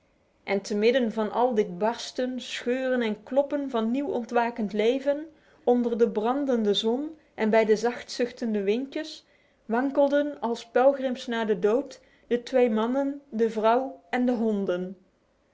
en te midden van al dit barsten scheuren en kloppen van nieuw ontwakend leven onder de brandende zon en bij de zacht zuchtende windjes wankelden als pelgrims naar de dood de twee mannen de vrouw en de honden